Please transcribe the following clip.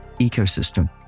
ecosystem